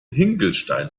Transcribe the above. hinkelstein